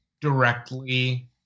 directly